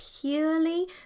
purely